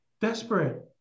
desperate